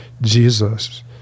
Jesus